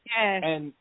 Yes